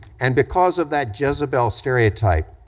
and because of that jezebel stereotype,